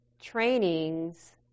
trainings